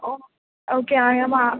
ओ okay अयम्